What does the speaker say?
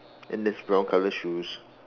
and there's brown colour shoes